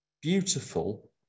beautiful